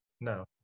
No